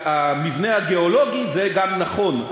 המבנה הגיאולוגי זה גם נכון.